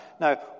Now